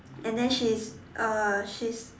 and then she is uh she is